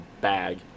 bag